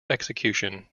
execution